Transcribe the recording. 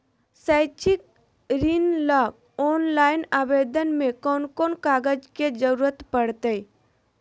शैक्षिक ऋण ला ऑनलाइन आवेदन में कौन कौन कागज के ज़रूरत पड़तई?